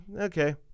Okay